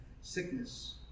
sickness